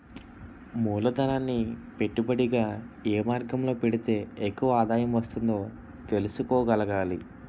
మూలధనాన్ని పెట్టుబడిగా ఏ మార్గంలో పెడితే ఎక్కువ ఆదాయం వస్తుందో తెలుసుకోగలగాలి